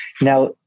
Now